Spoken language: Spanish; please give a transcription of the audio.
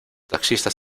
taxistas